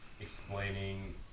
explaining